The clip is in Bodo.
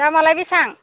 दामालाय बेसां